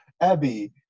Abby